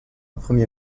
premier